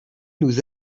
nous